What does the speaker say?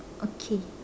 okay